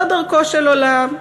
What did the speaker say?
זו דרכו של עולם,